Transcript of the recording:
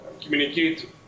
communicate